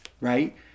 right